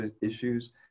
issues